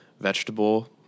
vegetable